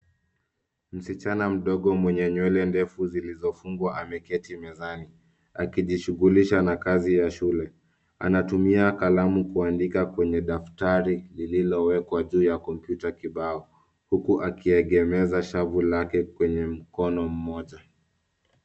Msichana mdogo mwenye nywele ndefu zilizofungwa ameketi mezani, akijishughulisha na kazi ya shule. Anatumia kalamu kuandika kwenye daftari lililowekwa juu ya kompyuta kibao, huku akiegemeza shavu lake kwenye mkono mmoja.